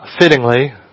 fittingly